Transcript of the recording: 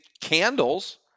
candles